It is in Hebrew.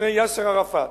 בפני יאסר ערפאת,